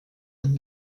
und